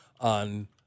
on